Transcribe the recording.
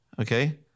Okay